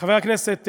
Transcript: חבר הכנסת בר,